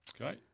Okay